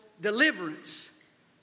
deliverance